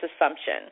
assumption